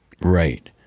Right